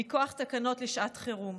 מכוח תקנות לשעת חירום,